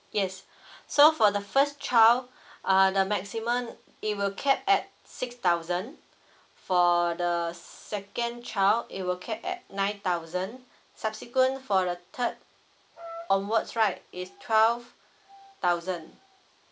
yes so for the first child uh the maximum it will cap at six thousand for the s~ second child it will cap at nine thousand subsequent for the third onwards right is twelve thousand